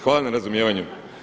Hvala na razumijevanju.